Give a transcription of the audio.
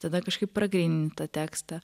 tada kažkaip pragrynini tą tekstą